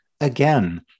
again